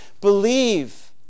Believe